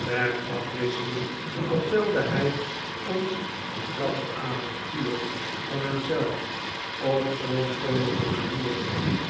ter afwisseling vertelde hij ons een grappig avontuur van hem zelf op zoo'n vroolijke manier